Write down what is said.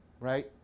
right